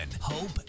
hope